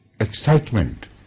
Excitement